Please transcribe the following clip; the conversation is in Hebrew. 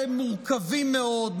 שהם מורכבים מאוד,